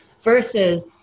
versus